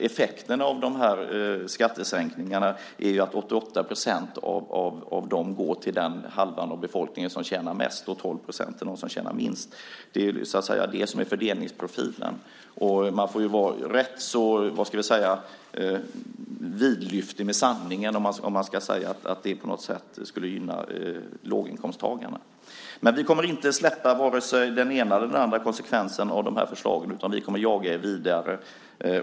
Effekten av skattesänkningarna blir ju att 88 % av dem går till den halva av befolkningen som tjänar mest medan 12 % går till dem som tjänar minst. Det är så att säga fördelningsprofilen. Man får vara rätt vidlyftig med sanningen om man kan säga att det på något sätt gynnar låginkomsttagarna. Vi kommer inte att släppa vare sig den ena eller den andra konsekvensen av dessa förslag, utan vi kommer att jaga er vidare.